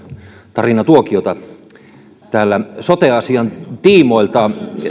tarinatuokiota täällä sote asian tiimoilta